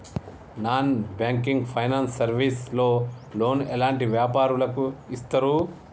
Non banking finance service లో loan ఎలాంటి వ్యాపారులకు ఇస్తరు?